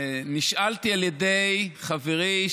נשאלתי על ידי חברי,